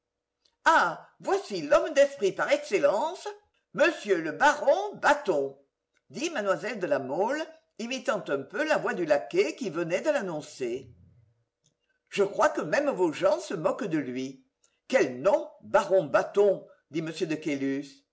ah voici l'homme d'esprit par excellence m le baron bâton dit mlle de la mole imitant un peu la voix du laquais qui venait de l'annoncer je crois que même vos gens se moquent de lui quel nom baron bâton dit m de